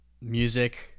music